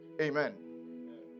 Amen